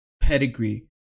pedigree